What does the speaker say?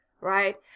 Right